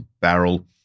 barrel